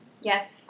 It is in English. Yes